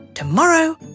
Tomorrow